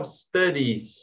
studies